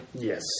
Yes